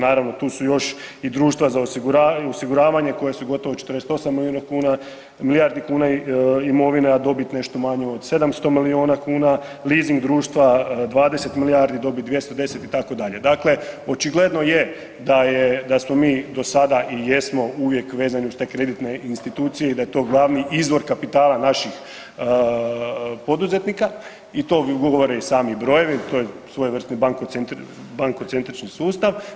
Naravno tu su još i društva za osiguravanje koja su gotovo 48 milijardi kuna imovine, a dobit nešto manja od 700 milijuna kuna, lizing društva 20 milijardi, dobit 210 itd., dakle očigledno je da smo mi do sada i jesmo uvijek vezani uz te kreditne institucije i da je to glavni izvor kapitala naših poduzetnika i to govore i sami brojevi, to je svojevrsni bankocentrični sustav.